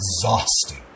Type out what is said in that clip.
exhausting